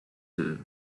two